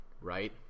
right